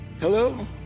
Hello